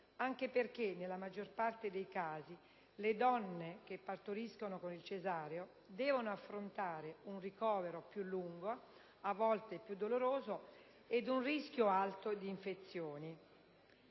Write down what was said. anche perché nella maggior parte dei casi le donne che partoriscono con il cesareo devono affrontare un ricovero più lungo, a volte più doloroso ed un rischio più alto di infezioni.